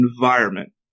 environment